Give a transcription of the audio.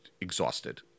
exhausted